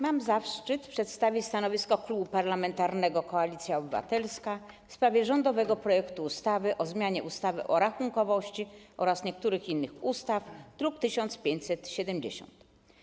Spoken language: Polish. Mam zaszczyt przedstawić stanowisko Klubu Parlamentarnego Koalicja Obywatelska w sprawie rządowego projektu ustawy o zmianie ustawy o rachunkowości oraz niektórych innych ustaw, druk nr 1570.